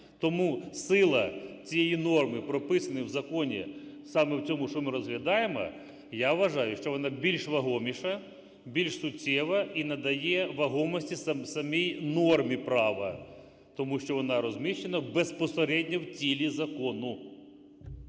Тому сила цієї норми, прописаної в законі саме в цьому, що ми розглядаємо, я вважаю, що вона більш вагоміша, більш суттєва і надає вагомості самій нормі права, тому що вона розміщена безпосередньо в тілі закону.